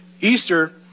Easter